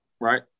right